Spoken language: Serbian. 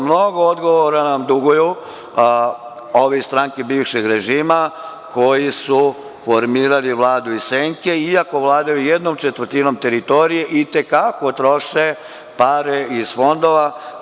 Mnogo odgovora nam duguju ovi iz stranke bivšeg režima koji su formirali vladu iz senke iako vladaju jednom četvrtinom teritorije itekako troše pare iz fondova.